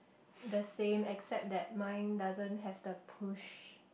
the same except that mine doesn't have the push